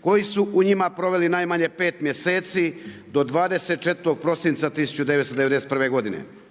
koji su u njima proveli najmanje 5 mjeseci do 24. prosinca 1991. godine.